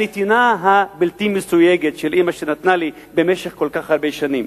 הנתינה הבלתי-מסויגת של אמא שנתנה לי במשך כל כך הרבה שנים,